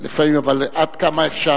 אבל עד כמה אפשר?